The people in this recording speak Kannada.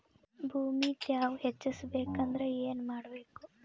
ಭೂಮಿ ತ್ಯಾವ ಹೆಚ್ಚೆಸಬೇಕಂದ್ರ ಏನು ಮಾಡ್ಬೇಕು?